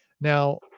Now